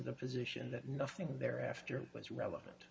the position that nothing there after it was relevant